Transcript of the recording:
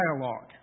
dialogue